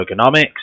ergonomics